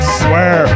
swear